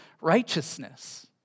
righteousness